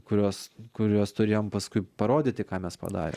kuriuos kuriuos turėjom paskui parodyti ką mes padarė